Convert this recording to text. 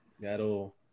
that'll